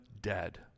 Dead